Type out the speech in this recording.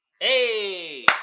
Hey